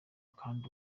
kandi